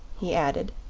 he added.